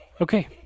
Okay